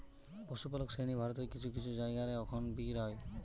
পশুপালক শ্রেণী ভারতের কিছু কিছু জায়গা রে অখন বি রয়